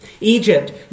Egypt